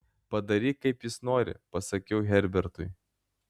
padaryk kaip jis nori pasakiau herbertui